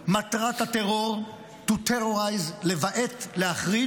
מטרת הטרור, to terrorize, לבעת, להחריד,